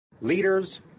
Leaders